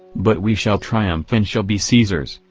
but we shall triumph and shall be caesars,